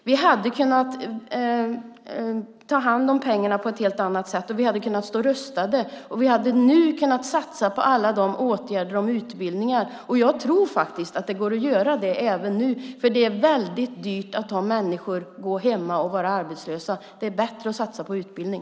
Vi hade kunnat ta hand om pengarna på ett helt annat sätt. Vi hade kunnat stå rustade och vi hade nu kunnat satsa på åtgärder om utbildningar. Jag tror faktiskt att det går att göra det även nu, för det är väldigt dyrt att ha människor som går hemma och är arbetslösa. Det är bättre att satsa på utbildning.